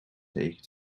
tegen